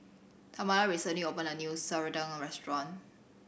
Tamala recently opened a new serunding restaurant